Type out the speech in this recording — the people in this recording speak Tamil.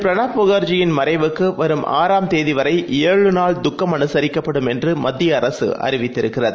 பிரணாப்முகர்ஜியின்மறைவுக்குவரும் ம்தேதிவரைஏழுநாள்துக்கம்அனுசரிக்கப்படும்என்றுமத்தியஅரசுஅறிவித்திருக் கிறது